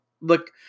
Look